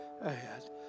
ahead